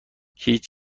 هیچ